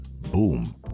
boom